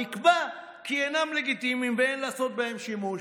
נקבע כי הם אינם לגיטימיים ואין לעשות בהם שימוש.